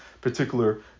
particular